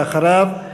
ואחריו,